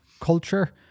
culture